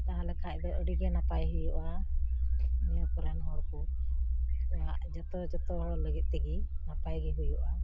ᱛᱟᱦᱚᱞᱮ ᱠᱷᱟᱡᱫᱚ ᱟᱹᱰᱤᱜᱟᱱ ᱱᱟᱯᱟᱭ ᱦᱩᱭᱩᱜᱼᱟ ᱱᱤᱭᱟᱹ ᱠᱚᱨᱮᱱ ᱦᱚᱲᱠᱚ ᱚᱲᱟᱜ ᱡᱚᱛᱚ ᱡᱚᱛᱚ ᱦᱚᱲ ᱞᱟᱹᱜᱤᱫᱛᱮ ᱜᱮ ᱱᱟᱯᱟᱭᱜᱮ ᱦᱩᱭᱩᱜᱼᱟ